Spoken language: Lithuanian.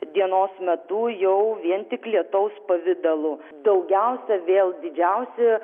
dienos metu jau vien tik lietaus pavidalu daugiausia vėl didžiausi